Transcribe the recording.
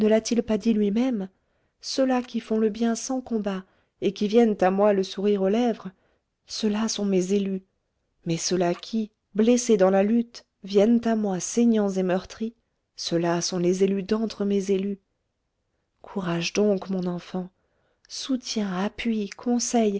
pas dit lui-même ceux-là qui font le bien sans combat et qui viennent à moi le sourire aux lèvres ceux-là sont mes élus mais ceux-là qui blessés dans la lutte viennent à moi saignants et meurtris ceux-là sont les élus d'entre mes élus courage donc mon enfant soutien appui conseils